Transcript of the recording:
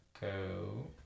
go